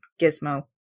Gizmo